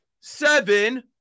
seven